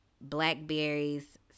blackberries